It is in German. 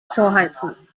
vorheizen